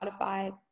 Spotify